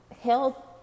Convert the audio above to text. health